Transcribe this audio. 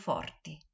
Forti